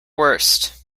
worst